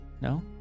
no